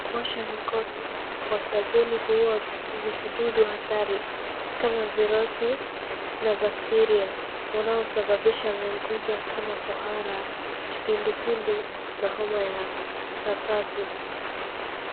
Kuosha mikono kwa sabuni huuwa vijidudu hatari kama virusi na bakteria wanaosababisha magonjwa kama kuhara, kipindupindu na homa ya mapafu.